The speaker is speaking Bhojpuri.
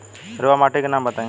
रहुआ माटी के नाम बताई?